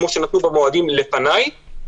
כמו שנתנו במועדים לפניי,